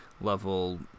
level